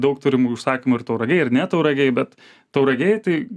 daug turim užsakymų ir tauragėj ir ne tauragėj bet tauragėj tai